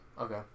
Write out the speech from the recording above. Okay